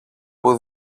που